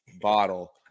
bottle